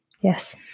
Yes